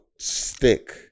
Stick